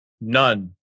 none